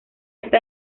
está